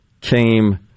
came